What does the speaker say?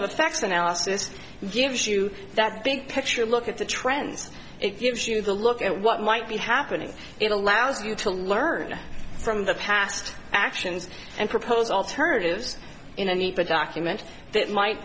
facts analysis gives you that big picture look at the trends it gives you the look at what might be happening in allows you to learn from the past actions and propose alternatives in a neat but document that might